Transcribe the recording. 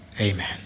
Amen